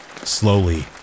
Slowly